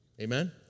Amen